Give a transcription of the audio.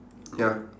ya